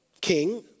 king